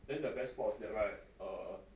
then the best part was that right err